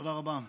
תודה רבה.